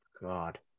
God